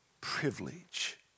privilege